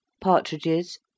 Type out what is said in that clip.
partridges